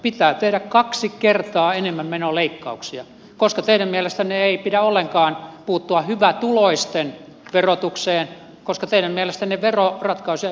pitää tehdä kaksi kertaa enemmän menoleikkauksia koska teidän mielestänne ei pidä ollenkaan puuttua hyvätuloisten verotukseen koska teidän mielestänne veroratkaisuja ei pitäisi tehdä ollenkaan